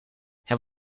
het